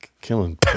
killing